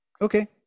okay